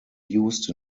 used